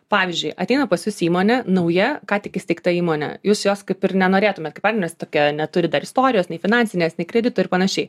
pavyzdžiui ateina pas jus įmonė nauja ką tik įsteigta įmonė jūs jos kaip ir nenorėtumėt kaip partnerės tokia neturi dar istorijos nei finansinės nei kredito ir panašiai